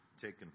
taken